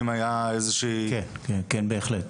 כן, בהחלט.